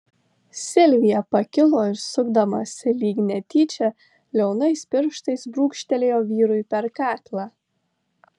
silvija pakilo ir sukdamasi lyg netyčia liaunais pirštais brūkštelėjo vyrui per kaklą